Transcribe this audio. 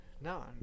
No